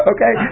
Okay